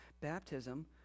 baptism